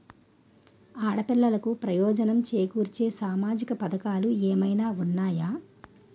ఆడపిల్లలకు ప్రయోజనం చేకూర్చే సామాజిక పథకాలు ఏమైనా ఉన్నాయా?